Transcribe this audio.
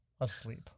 asleep